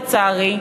לצערי,